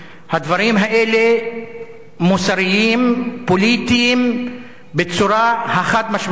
הדברים האלה מוסריים ופוליטיים בצורה החד-משמעית.